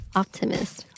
optimist